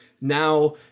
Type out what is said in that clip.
now